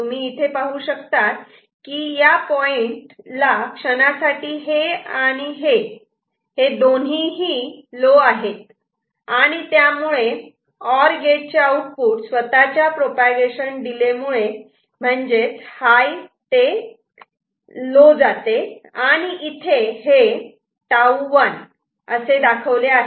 तुम्ही इथे पाहू शकतात की या पॉइंट ला क्षणासाठी हे आणि हे हे दोन्ही ही लो आहेत आणि त्यामुळेऑर गेट चे आउटपुट स्वतःच्या प्रोपागेशन डिले मुळे म्हणजेच हाय ते लो जाते आणि इथे हे ' τ 1' असे दाखवले आहे